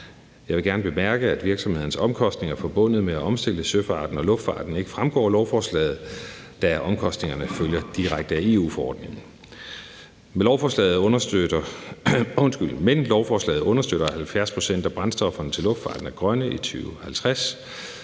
Jeg vil gerne bemærke, at virksomhedernes omkostninger forbundet med at omstille søfarten og luftfarten ikke fremgår af lovforslaget, da omkostningerne følger direkte af EU-forordningen, men lovforslaget understøtter, at 70 pct. af brændstofferne til luftfarten er grønne i 2050,